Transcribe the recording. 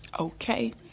Okay